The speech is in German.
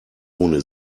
ohne